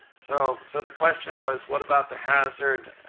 so so the question was, what about the hazard